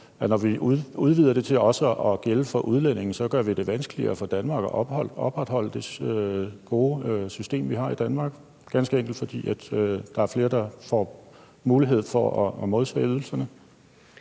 andre områder – til også at gælde for udlændinge, så gør det vanskeligere for Danmark at opretholde det gode system, vi har her, ganske enkelt fordi der er flere, der får mulighed for at modtage ydelserne?